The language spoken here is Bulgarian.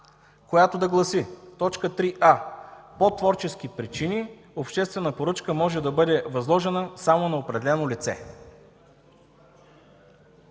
която да гласи: „3а. по творчески причини обществена поръчка може да бъде възложена само на определено лице”.